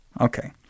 Okay